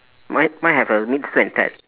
mine mine have a meet sue and ted